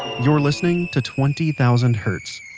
you're listening to twenty thousand hertz.